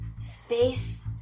space